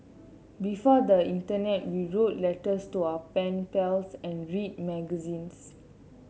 before the Internet we wrote letters to our pen pals and read magazines